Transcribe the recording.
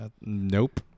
Nope